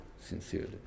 sincerely